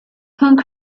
punk